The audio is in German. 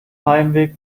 heimweg